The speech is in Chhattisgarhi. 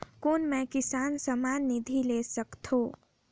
कौन मै किसान सम्मान निधि ले सकथौं?